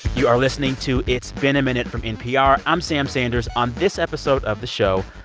you are listening to it's been a minute from npr. i'm sam sanders. on this episode of the show,